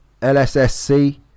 LSSC